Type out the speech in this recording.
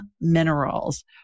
Minerals